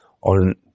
on